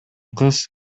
кыз